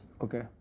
Okay